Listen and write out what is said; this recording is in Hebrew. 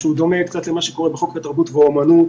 שדומה קצת למה שקורה בחוק התרבות והאומנות